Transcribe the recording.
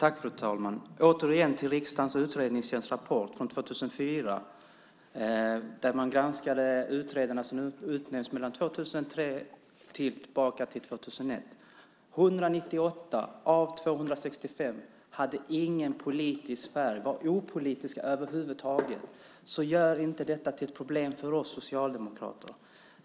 Fru talman! Återigen vill jag gå till riksdagens utredningstjänsts rapport från 2004, där man granskade de utredare som utnämnts mellan 2001 och 2003. 198 av 265 hade ingen politisk färg. De var över huvud taget opolitiska. Så gör inte detta till ett problem för oss socialdemokrater.